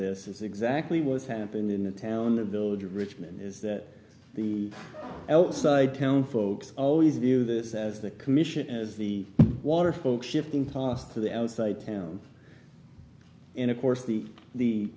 this is exactly what's happened in the town or village or richmond is that the l side town folks always view this as the commission as the water folks shifting costs to the outside town and of course the the